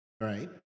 Right